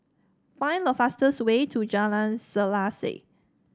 find the fastest way to Jalan Selaseh